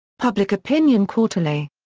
public opinion quarterly.